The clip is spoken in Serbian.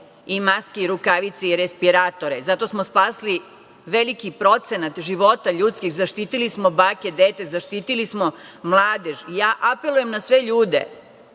maske, rukavice i respiratore. Zato smo spasli veliki procenat života ljudskih, zaštitili smo bake, deke, zaštitili smo mladež. Ja apelujem na sve ljude,